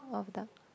all of the